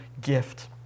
gift